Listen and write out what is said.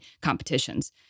competitions